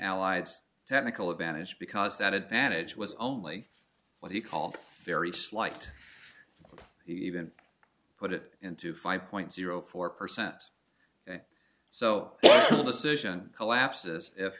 allied technical advantage because that advantage was only what he called very slight he even put it into five point zero four percent so decision collapses